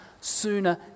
sooner